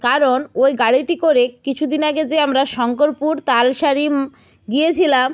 কারণ ওই গাড়িটি করে কিছু দিন আগে যে আমরা শংকরপুর তালসারি গিয়েছিলাম